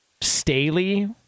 Staley